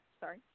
Sorry